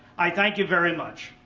i thank you very much.